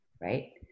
right